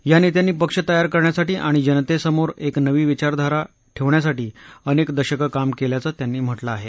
या नेत्यांनी पक्ष तयार करण्यासाठी आणि जनतेसमोर एक नवी विचारधारा लोकांसमोर ठेवण्यासाठी अनेक दशकं काम केल्याचं त्यांनी म्हटलं आहे